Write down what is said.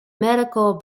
medical